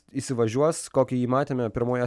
įsivažiuos kokį jį matėme pirmoje